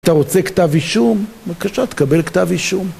אתה רוצה כתב אישום? בבקשה, תקבל כתב אישום.